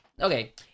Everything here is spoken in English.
Okay